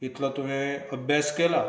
इतलो तुवें अभ्यास केला